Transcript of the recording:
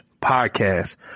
Podcast